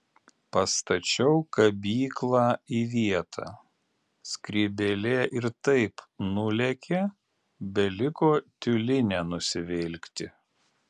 pastačiau kabyklą į vietą skrybėlė ir taip nulėkė beliko tiulinę nusivilkti